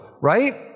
right